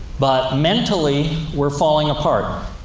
but mentally, we're falling apart.